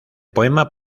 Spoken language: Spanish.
poema